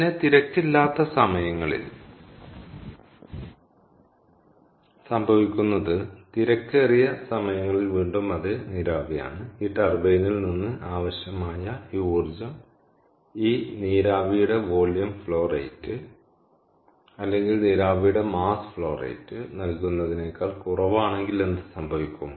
പിന്നെ തിരക്കില്ലാത്ത സമയങ്ങളിൽ സംഭവിക്കുന്നത് തിരക്കേറിയ സമയങ്ങളിൽ വീണ്ടും അതേ നീരാവിയാണ് ഈ ടർബൈനിൽ നിന്ന് ആവശ്യമായ ഈ ഊർജ്ജം ഈ നീരാവിയുടെ വോളിയം ഫ്ലോ റേറ്റ് അല്ലെങ്കിൽ നീരാവിയുടെ മാസ് ഫ്ലോ റേറ്റ് നൽകുന്നതിനേക്കാൾ കുറവാണെങ്കിൽ എന്ത് സംഭവിക്കും